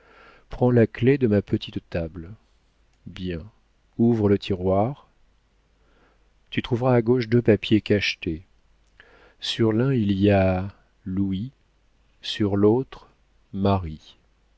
prends la clef de ma petite table bien ouvre le tiroir tu trouveras à gauche deux papiers cachetés sur l'un il y a louis sur l'autre